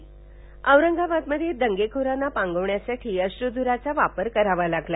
बौरंगाबादमध्वे दंगेखोरांना पांगवण्यासाठी बश्रूध्राचाही वापर करावा लागला